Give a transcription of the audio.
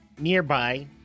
nearby